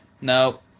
Nope